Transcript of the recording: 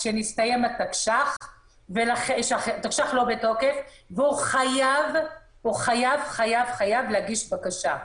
כשהתקש"ח לא בתוקף הוא חייב להגיש בקשה.